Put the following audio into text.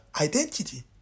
identity